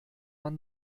man